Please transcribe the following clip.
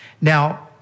Now